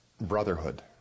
brotherhood